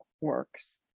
works